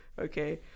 Okay